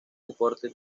deportes